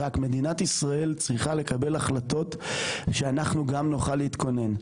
רק מדינת ישראל צריכה לקבל החלטות שאנחנו גם נוכל להתכונן.